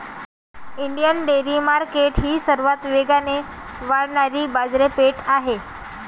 Indian dairy market ही सर्वात वेगाने वाढणारी बाजारपेठ आहे